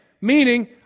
Meaning